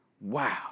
Wow